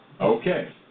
Okay